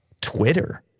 Twitter